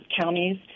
counties